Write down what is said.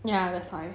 ya that's why